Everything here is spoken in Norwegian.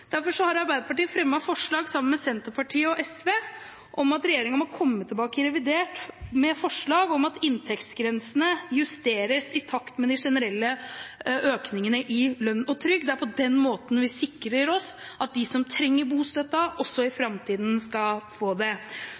Derfor har Arbeiderpartiet sammen med Senterpartiet og SV fremmet forslag om at regjeringen må komme tilbake i revidert med forslag om at inntektsgrensene justeres i takt med de generelle økningene i lønn og trygd. Det er på den måten vi sikrer oss at de som trenger bostøtten, også i framtiden skal få det.